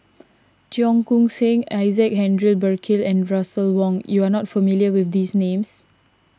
Cheong Koon Seng Isaac Henry Burkill and Russel Wong you are not familiar with these names